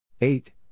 Eight